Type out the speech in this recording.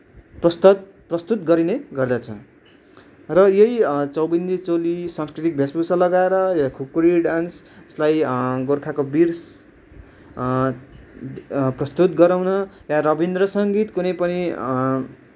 पुस्तत प्रस्तुत गरिने गर्दछ र यही चौबन्दी चोली सांस्कृतिक भेष भूषा लगाएर या खुकुरी डान्स यसलाई गोर्खाको वीर प्रस्तुत गराउन या रविन्द्र सङ्गीत कुनै पनि